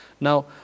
Now